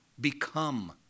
become